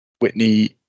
whitney